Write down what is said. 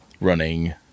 running